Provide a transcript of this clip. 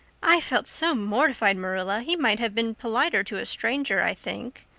i felt so mortified, marilla he might have been politer to a stranger, i think.